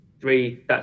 three